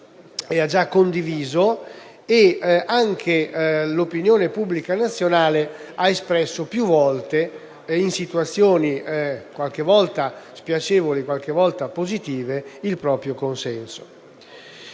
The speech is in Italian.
e condiviso e su cui anche l'opinione pubblica nazionale ha espresso più volte, in situazioni qualche volta spiacevoli, qualche volta positive, il proprio consenso.